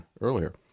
earlier